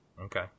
Okay